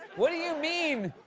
what do you mean,